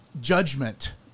judgment